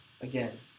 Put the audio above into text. again